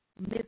Miss